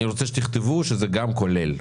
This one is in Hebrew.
אני רוצה שתכתבו שזה גם כולל.